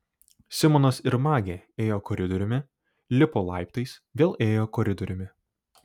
simonas ir magė ėjo koridoriumi lipo laiptais vėl ėjo koridoriumi